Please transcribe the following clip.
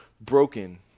broken